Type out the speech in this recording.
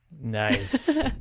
nice